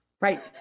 Right